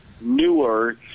newer